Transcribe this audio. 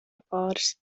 pāris